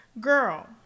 Girl